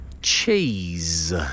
Cheese